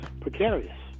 precarious